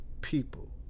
people